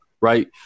Right